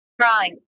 Drawing